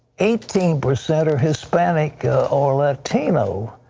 eighteen percent are hispanic or latino.